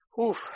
Oof